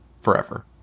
forever